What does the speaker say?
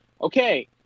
Okay